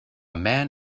man